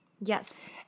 Yes